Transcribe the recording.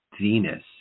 Venus